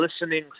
listening